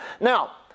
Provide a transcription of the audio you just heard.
Now